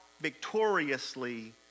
victoriously